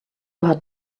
hat